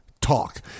talk